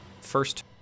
first